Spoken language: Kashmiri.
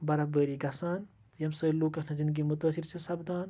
بَرفبٲری گژھان ییٚمہِ سۭتۍ لوٗکَن ہنٛز زِنٛدگی مُتٲثر چھِ سَپدان